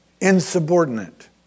insubordinate